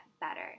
better